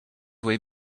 way